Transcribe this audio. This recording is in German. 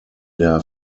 der